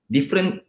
Different